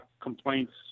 complaints